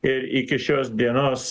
ir iki šios dienos